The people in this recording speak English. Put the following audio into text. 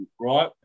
right